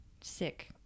sick